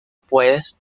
puedes